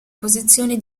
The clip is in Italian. posizioni